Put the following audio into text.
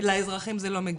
לאזרחים זה לא מגיע,